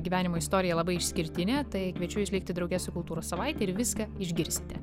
gyvenimo istorija labai išskirtinė tai kviečiu išvykti drauge su kultūros savaitė ir viską išgirsti